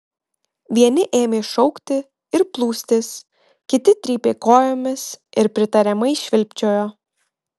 vieni ėmė šaukti ir plūstis kiti trypė kojomis ir pritariamai švilpčiojo